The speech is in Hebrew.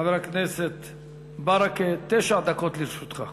חבר הכנסת ברכה, תשע דקות לרשותך.